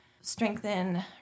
strengthen